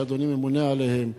שאדוני ממונה עליהם,